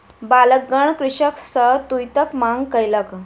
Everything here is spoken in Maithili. बालकगण कृषक सॅ तूईतक मांग कयलक